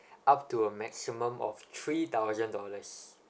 up to a maximum of three thousand dollars